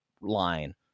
line